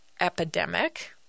epidemic